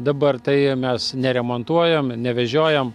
dabar tai mes neremontuojam nevežiojam